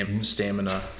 stamina